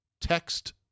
text